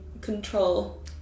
control